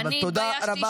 אבל תודה רבה.